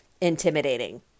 intimidating